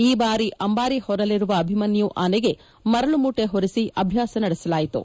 ಈ ಬಾರಿ ಅಂಬಾರಿ ಹೊರಲಿರುವ ಅಭಿಮನ್ನು ಆನೆಗೆ ಮರಳು ಮೂಟೆ ಹೊರಸಿ ಅಭ್ಯಾಸ ನಡೆಸಲಾಯಿತು